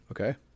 Okay